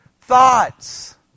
thoughts